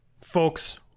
folks